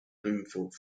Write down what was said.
bloomfield